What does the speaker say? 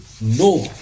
No